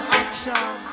action